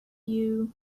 you